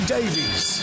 Davies